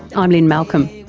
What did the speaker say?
um lynne malcolm.